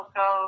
go